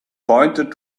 pointed